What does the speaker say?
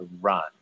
run